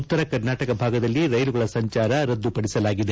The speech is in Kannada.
ಉತ್ತರ ಕರ್ನಾಟಕ ಭಾಗದಲ್ಲಿ ರೈಲುಗಳ ಸಂಚಾರ ರದ್ದುಪಡಿಸಲಾಗಿದೆ